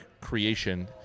creation